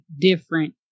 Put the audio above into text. different